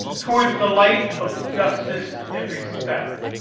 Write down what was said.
towards the light of justice and respect.